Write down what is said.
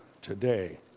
today